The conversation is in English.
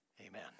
Amen